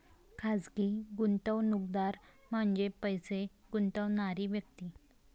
खाजगी गुंतवणूकदार म्हणजे पैसे गुंतवणारी व्यक्ती